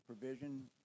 provision